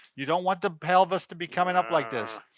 you don't want the pelvis to be coming up like this.